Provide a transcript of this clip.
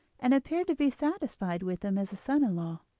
and appeared to be satisfied with him as a son-in-law.